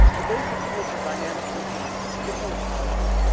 the basic tool for dynamic thinking is simple and powerful.